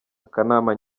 akanama